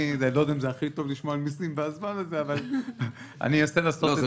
אני לא יודע אם זה הזמן לשמוע על מסים אבל אני אעשה את זה